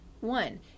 one